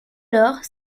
lors